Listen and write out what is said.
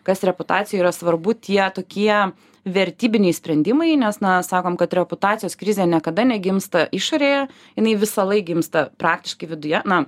kas reputacijoj yra svarbu tie tokie vertybiniai sprendimai nes na sakom kad reputacijos krizė niekada negimsta išorėje jinai visąlaik gimsta praktiškai viduje na